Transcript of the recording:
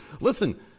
Listen